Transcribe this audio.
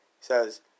says